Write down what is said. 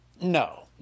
No